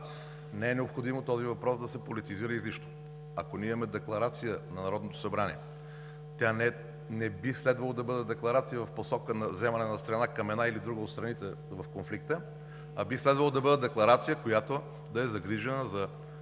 не е необходимо този въпрос да се политизира изрично. Ако ние имаме декларация на Народното събрание, тя не би следвало да бъде декларация в посока на вземане на страна към една или друга от страните в конфликта, а би следвало да бъде декларация, която да е загрижена за